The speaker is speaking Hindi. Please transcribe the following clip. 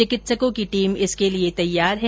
चिकित्सकों की टीम इसके लिए तैयार है